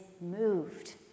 moved